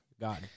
God